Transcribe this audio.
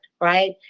right